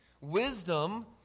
Wisdom